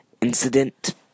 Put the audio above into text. incident